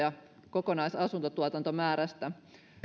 kokonaisasuntotuotantomäärästä